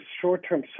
short-term